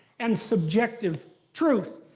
and subjective truth,